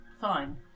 fine